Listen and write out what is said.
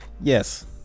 Yes